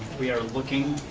we are looking.